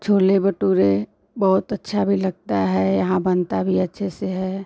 छोले भटूरे बहुत अच्छा भी लगता है यहाँ बनता भी अच्छे से है